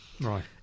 Right